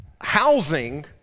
Housing